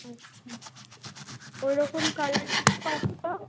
আচ্ছা ওইরকম কালার কী কী পাবো তাও